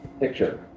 Picture